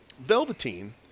Velveteen